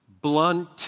blunt